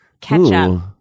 ketchup